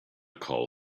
call